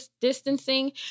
distancing